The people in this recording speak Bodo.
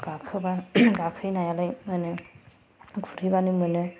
गाखोब्ला गाखोयो नायालाय गुरहैब्लानो मोनो